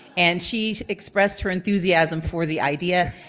and she expressed her enthusiasm for the idea.